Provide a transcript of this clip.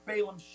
Balaam